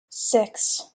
six